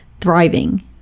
thriving